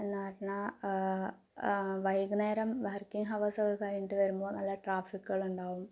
എന്നു പറഞ്ഞാൽ വൈകുന്നേരം വർക്കിംഗ് ഹവേർസ് ഒക്കേ കഴിഞ്ഞിട്ട് വരുമ്പോൾ നല്ല ട്രാഫിക്കുകളുണ്ടാകും